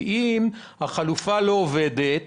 אם החלופה לא עובדת